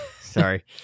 sorry